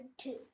two